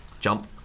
Jump